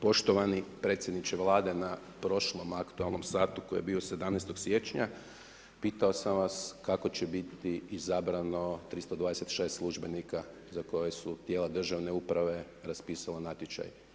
Poštovani predsjedniče na prošlom aktualnom satu koji je bio 17. siječnja pitao sam vas kako će biti izabrano 326 službenika za koje su tijela državne uprave raspisala natječaj.